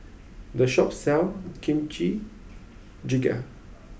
the shop sells Kimchi Jjigae